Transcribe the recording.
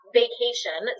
vacation